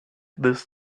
this